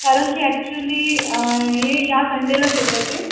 कारण की ॲक्चुअली या संडेलाच येतं आहे ते